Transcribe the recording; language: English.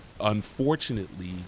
unfortunately